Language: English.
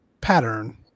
pattern